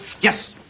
Yes